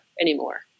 anymore